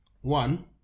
One